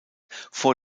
vor